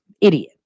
idiot